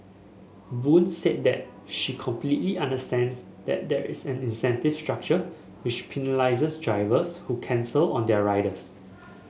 Boon said that she completely understands that there is an incentive structure which penalises drivers who cancel on their riders